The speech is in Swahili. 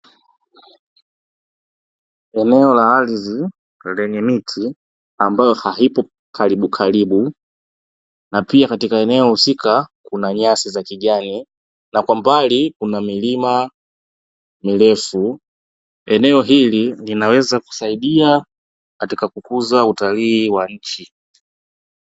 Eneo la ardhi lenye miti ambayo haipo karibu karibu na pia katika eneo husika kuna nyasi za kijani na kwa mbali kuna milima mirefu, eneo hili linaweza kusaidia katika kukuza utalii wa inchi.